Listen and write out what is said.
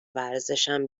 ورزشم